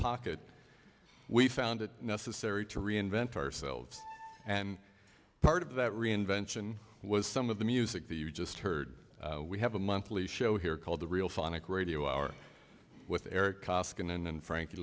pocket we found it necessary to reinvent ourselves and part of that reinvention was some of the music that you just heard we have a monthly show here called the real phonic radio hour with eric koskinen and frank